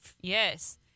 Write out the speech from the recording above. Yes